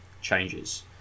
changes